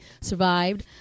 survived